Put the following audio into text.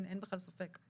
אין בכלל ספק.